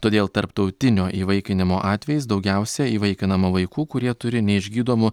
todėl tarptautinio įvaikinimo atvejais daugiausia įvaikinama vaikų kurie turi neišgydomų